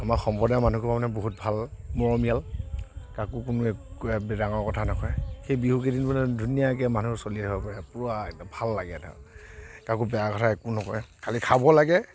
আমাৰ সম্প্ৰদায়ৰ মানুহসোপা মানে বহুত ভাল মৰমীয়াল কাকো কোনো একো ডাঙৰ কথা নকয় সেই বিহুকেইদিন মানে ধুনীয়াকে মানুহ চলি থাকিব পাৰে পুৰা একদম ভাল লাগে এটা কাকো বেয়া কথা একো নকয় খালি খাব লাগে